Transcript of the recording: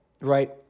right